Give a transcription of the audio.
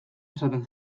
esaten